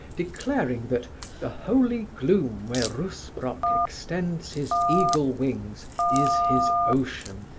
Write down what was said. declaring that the holy gloom where rusbrock extends his eagle wings is his ocean,